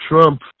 Trump